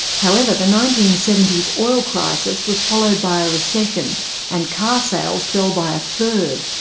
however, the nineteen seventy s oil crisis was followed by a recession and car sales fell by a third,